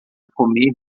comer